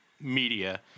media